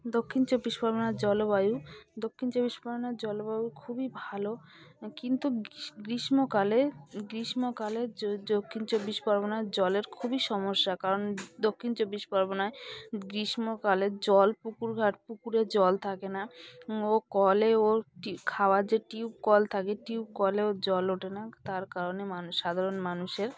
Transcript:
দক্ষিণ চব্বিশ পরগনার জলবায়ু দক্ষিণ চব্বিশ পরগনার জলবায়ু খুবই ভালো কিন্তু গ্রীষ্মকালে গ্রীষ্মকালে দক্ষিণ চব্বিশ পরগনার জলের খুবই সমস্যা কারণ দক্ষিণ চব্বিশ পরগনায় গ্রীষ্মকালে জল পুকুরঘাট পুকুরে জল থাকে না ও কলেও খাওয়ার যে টিউব কল থাকে টিউব কলেও জল ওঠে না তার কারণে মানুষ সাধারণ মানুষের